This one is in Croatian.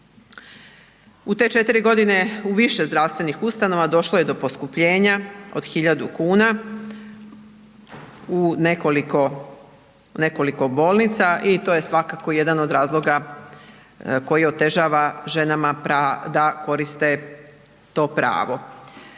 U te 4 godine u više zdravstvenih ustanova došlo je do poskupljenja od hiljadu kuna u nekoliko bolnica i to je svakako jedan od razloga koji otežava ženama da koriste to pravo.